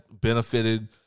benefited